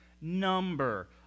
number